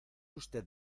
usted